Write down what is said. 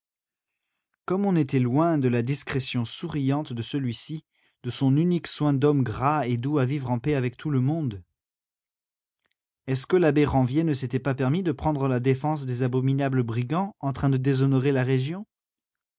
comme on était loin de la discrétion souriante de celui-ci de son unique soin d'homme gras et doux à vivre en paix avec tout le monde est-ce que l'abbé ranvier ne s'était pas permis de prendre la défense des abominables brigands en train de déshonorer la région